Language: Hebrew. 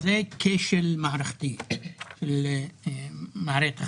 זה כשל מערכתי למערכת החינוך.